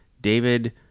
David